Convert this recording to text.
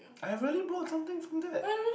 I really brought something from that